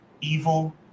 evil